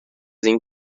این